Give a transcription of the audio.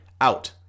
out